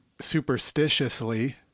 superstitiously